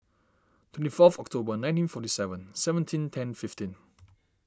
twenty four of October nineteen forty seven seventeen ten fifteen